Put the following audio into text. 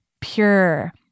pure